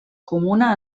comuna